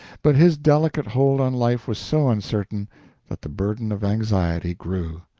but his delicate hold on life was so uncertain that the burden of anxiety grew.